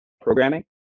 programming